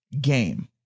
game